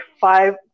five